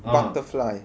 butterfly